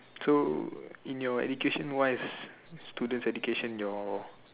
so in your education wise students education your